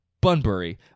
Bunbury